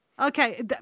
Okay